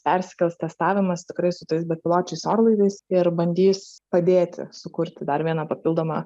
persikels testavimas tikrai su tais bepiločiais orlaiviais ir bandys padėti sukurti dar vieną papildomą